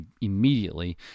immediately